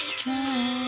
try